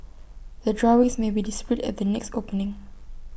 the drawings may be displayed at the next opening